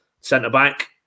centre-back